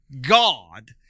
God